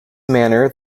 manner